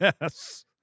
Yes